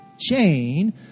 Jane